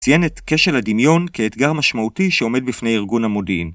‫ציין את כשל הדמיון כאתגר משמעותי ‫שעומד בפני ארגון המודיעין.